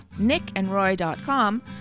nickandroy.com